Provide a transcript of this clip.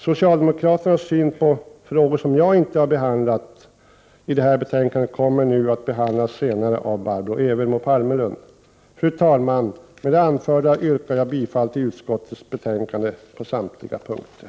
Socialdemokraternas syn på de frågor i detta betänkande som jag inte har behandlat kommer att senare tas upp av Barbro Evermo Palmerlund. Fru talman! Med det anförda yrkar jag bifall till hemställan i utskottets betänkande på samtliga punkter.